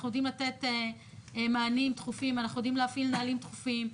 אנחנו יודעים לתת מענים דחופים ואנחנו יודעים להפעיל נהלים דחופים.